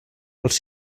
als